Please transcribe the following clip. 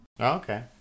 Okay